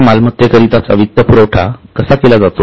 त्या मालमत्तेकरिताचा वित्त पुरवठा कसा केला जातो